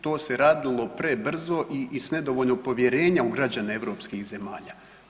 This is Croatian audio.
To se radilo prebrzo i s nedovoljno povjerenja u građane europskih zemalja.